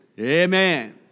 Amen